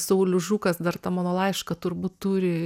saulius žukas dar tą mano laišką turbūt turi